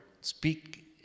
Speak